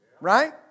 Right